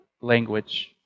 language